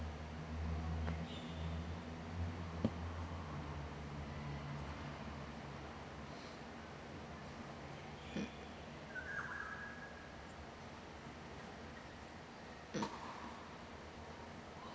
mm mm